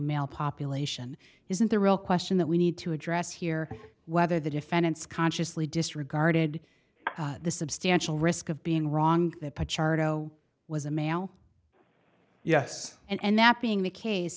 male population isn't the real question that we need to address here whether the defendants consciously disregarded the substantial risk of being wrong the pie chart go was a male yes and that being the case